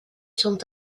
sont